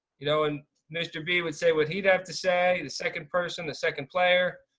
you know. and mr b would say what he'd have to say. the second person, the second player.